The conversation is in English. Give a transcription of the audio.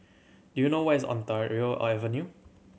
do you know where is Ontario Avenue